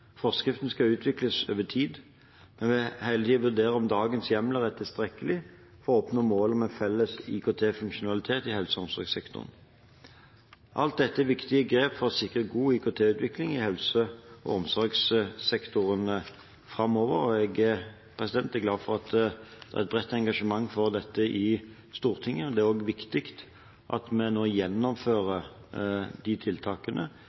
Forskriften skal utvikles over tid, men vi vil hele tiden vurdere om dagens hjemler er tilstrekkelig for å oppnå målet om en felles IKT-funksjonalitet i helse- og omsorgssektoren. Alt dette er viktige grep for å sikre god IKT-utvikling i helse- og omsorgssektoren framover, og jeg er glad for at det er et bredt engasjement for dette i Stortinget. Det er også viktig at vi nå gjennomfører de tiltakene